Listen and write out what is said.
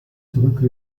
drücke